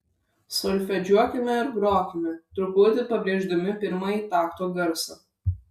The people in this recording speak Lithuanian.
solfedžiuokime ir grokime truputį pabrėždami pirmąjį takto garsą